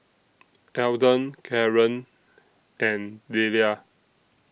Eldon Caren and Delia